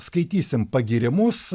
skaitysim pagyrimus